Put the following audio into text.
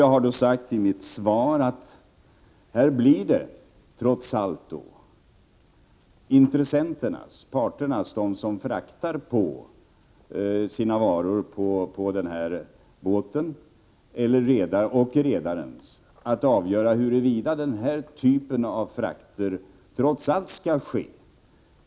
Jag har sagt i mitt svar att det här trots allt blir intressenterna, parterna — de som fraktar sina varor på den här båten och redaren — som har att avgöra huruvida den här typen av frakt skall ske.